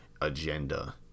agenda